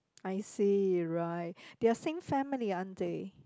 I see right they are same family aren't they